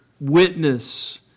witness